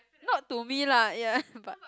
not to me lah ya but